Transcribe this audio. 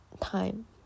time